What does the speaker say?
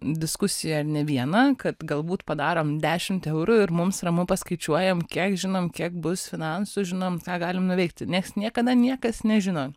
diskusiją ne vieną kad galbūt padarom dešimt eurų ir mums ramu paskaičiuojam kiek žinom kiek bus finansų žinom ką galim nuveikti nieks niekada niekas nežino